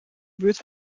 buurt